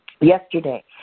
Yesterday